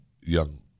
young